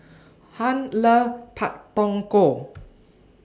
Hunt loves Pak Thong Ko